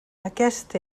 aquest